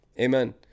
Amen